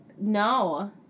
no